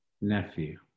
nephew